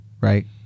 right